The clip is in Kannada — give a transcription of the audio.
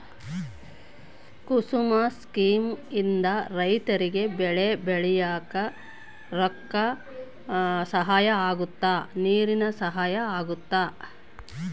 ಕುಸುಮ ಸ್ಕೀಮ್ ಇಂದ ರೈತರಿಗೆ ಬೆಳೆ ಬೆಳಿಯಾಕ ರೊಕ್ಕ ಸಹಾಯ ಅಗುತ್ತ ನೀರಿನ ಸಹಾಯ ಅಗುತ್ತ